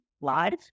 live